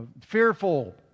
fearful